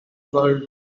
world